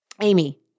Amy